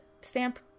stamp